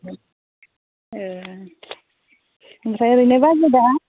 ए ओमफ्राय बेना बाजेटआ